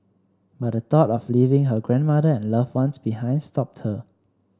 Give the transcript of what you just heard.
but the thought of leaving her grandmother and loved ones behind stopped her